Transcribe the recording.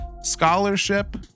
Scholarship